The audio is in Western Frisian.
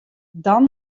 dan